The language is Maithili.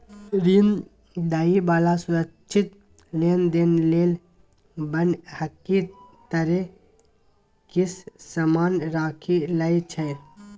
ऋण दइ बला सुरक्षित लेनदेन लेल बन्हकी तरे किछ समान राखि लइ छै